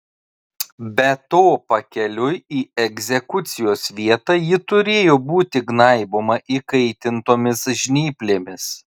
be to pakeliui į egzekucijos vietą ji turėjo būti gnaiboma įkaitintomis žnyplėmis